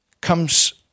comes